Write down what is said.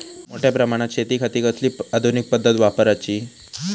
मोठ्या प्रमानात शेतिखाती कसली आधूनिक पद्धत वापराची?